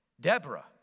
Deborah